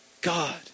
God